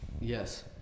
Yes